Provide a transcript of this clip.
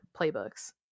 playbooks